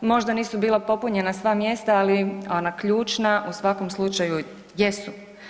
Možda nisu bila popunjena sva mjesta, ali ona ključna u svakom slučaju jesu.